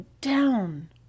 down